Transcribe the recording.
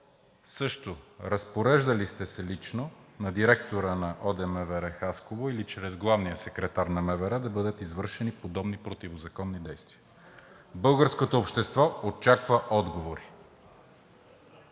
разпореждали ли сте се лично на директора на ОДМВР – Хасково, или чрез главния секретар на МВР да бъдат извършени подобни противозаконни действия? Българското общество очаква отговори.